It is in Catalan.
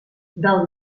del